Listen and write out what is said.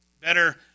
better